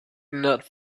not